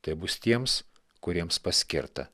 tai bus tiems kuriems paskirta